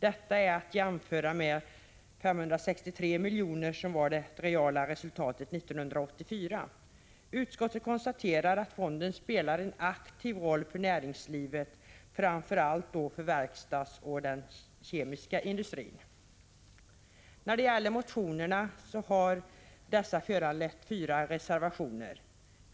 Detta är att jämföra med 563 milj.kr., som var det reala resultatet för 1984. Utskottet konstaterar att fonden spelar en aktiv roll för näringslivet, framför allt för verkstadsindustrin och den kemiska industrin. Motionerna har föranlett fyra reservationer.